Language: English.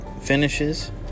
finishes